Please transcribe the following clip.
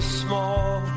small